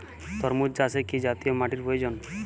তরমুজ চাষে কি জাতীয় মাটির প্রয়োজন?